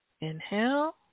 Inhale